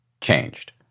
changed